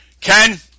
Ken